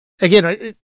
Again